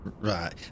Right